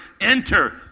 enter